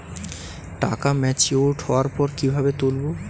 টাকা ম্যাচিওর্ড হওয়ার পর কিভাবে তুলব?